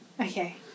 Okay